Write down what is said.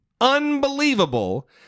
Unbelievable